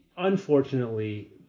Unfortunately